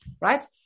right